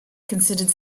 considered